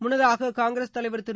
முன்னதாக காங்கிரஸ் தலைவர் திரு